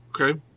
okay